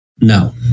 No